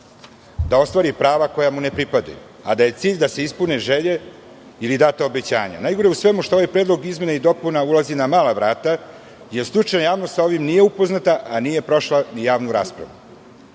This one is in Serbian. da ostvari prava koja mu ne pripadaju. Cilj je da se ispune želje ili data obećanja. Najgore u svemu tome je što ovaj predlog izmena i dopuna ulazi na mala vrata, jer stručna javnost nije sa ovim upoznata a nije prošla ni javnu raspravu,